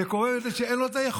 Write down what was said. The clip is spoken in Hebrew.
זה קורה זה מפני שאין לו היכולת.